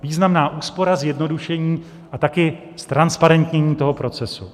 Významná úspora, zjednodušení a taky ztransparentnění toho procesu.